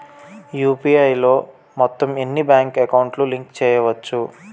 UPI లో మొత్తం ఎన్ని బ్యాంక్ అకౌంట్ లు లింక్ చేయచ్చు?